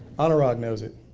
anurad knows it,